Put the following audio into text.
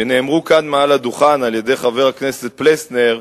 שנאמרו כאן מעל הדוכן על-ידי חבר הכנסת פלסנר,